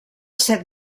set